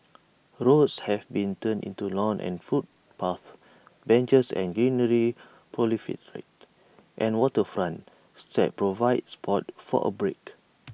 roads have been turned into lawns and footpaths benches and greenery proliferate and waterfront steps provide spots for A break